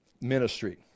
ministry